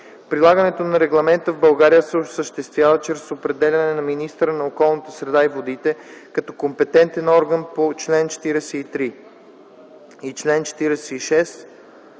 Прилагането на регламента в България се осъществява чрез определяне на министъра на околната среда и водите като компетентен орган по чл. 43 и чл. 46